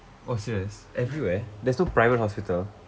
oh serious everywhere there's no private hospital